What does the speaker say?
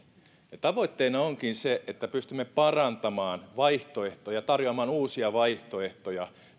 ja tavoitteena onkin se että pystymme parantamaan vaihtoehtoja tarjoamaan uusia vaihtoehtoja